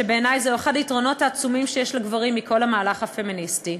ובעיני זה אחד היתרונות העצומים שיש לגברים מכל המהלך הפמיניסטי,